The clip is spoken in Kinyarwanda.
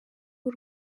b’u